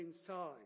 inside